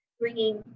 bringing